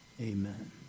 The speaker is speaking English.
Amen